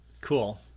Cool